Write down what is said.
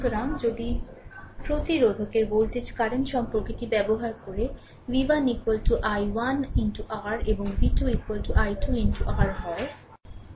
সুতরাং যদি প্রতিরোধকের ভোল্টেজ কারেন্ট সম্পর্কটি ব্যবহার করে v1 i1 R এবং v2 i2 R হয়